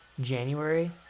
January